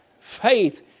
faith